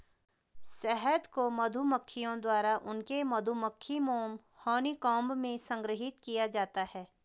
शहद को मधुमक्खियों द्वारा उनके मधुमक्खी मोम हनीकॉम्ब में संग्रहीत किया जाता है